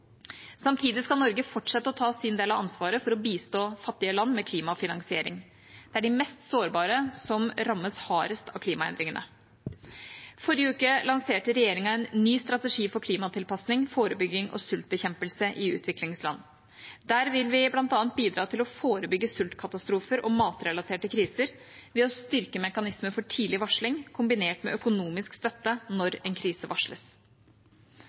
Samtidig skal Norge fortsette å ta sin del av ansvaret for å bistå fattige land med klimafinansiering. Det er de mest sårbare som rammes hardest av klimaendringene. Forrige uke lanserte regjeringa en ny strategi for klimatilpasning, forebygging og sultbekjempelse i utviklingsland. Der vil vi bl.a. bidra til å forebygge sultkatastrofer og matrelaterte kriser ved å styrke mekanismer for tidlig varsling, kombinert med økonomisk støtte når en krise varsles.